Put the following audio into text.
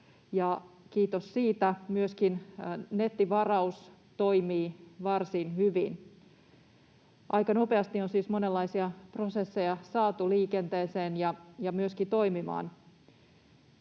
kiitos siitä. Myöskin nettivaraus toimii varsin hyvin. Aika nopeasti on siis monenlaisia prosesseja saatu liikenteeseen ja myöskin toimimaan.